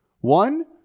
One